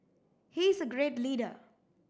he is a great leader